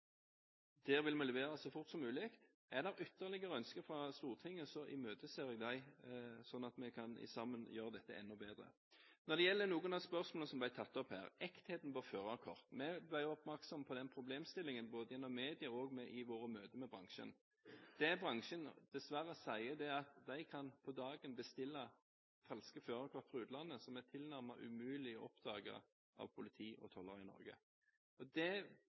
Der vil vi levere så fort som mulig. Er det ytterligere ønsker fra Stortinget, imøteser jeg dem sånn at vi sammen kan gjøre dette enda bedre. Så til noen av de spørsmålene som ble tatt opp her. Først ektheten på førerkort: Vi ble oppmerksom på den problemstillingen både gjennom media og i våre møter med bransjen. Det bransjen dessverre sier, er at de på dagen kan bestille falske førerkort fra utlandet som det er tilnærmet umulig for politi og tollere i Norge å oppdage. Det